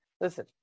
listen